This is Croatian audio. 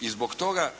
I zbog toga